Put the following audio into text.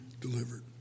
delivered